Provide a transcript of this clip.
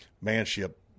manship